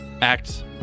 act